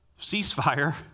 ceasefire